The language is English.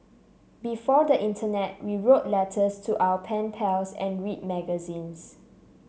before the internet we wrote letters to our pen pals and read magazines